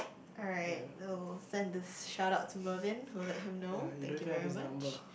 alright I will send this shout out to Mervin will let him know thank you very much